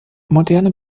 moderne